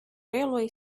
railway